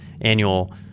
annual